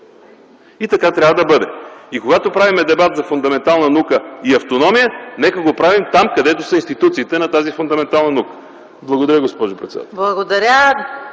и така трябва да бъде. Когато правим дебат за фундаментална наука и автономия, нека го правим там, където са институциите на тази фундаментална наука. Благодаря, госпожо председател.